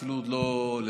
והוא אפילו עוד לא פורסם.